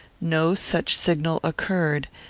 no such signal occurred,